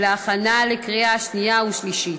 להכנה לקריאה שנייה ושלישית.